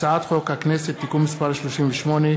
הצעת חוק הכנסת (תיקון מס' 38),